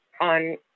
on